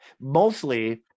Mostly